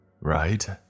Right